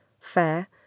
fair